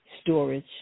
storage